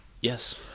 Yes